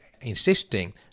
insisting